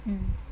mm